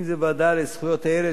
אם זה הוועדה לזכויות הילד,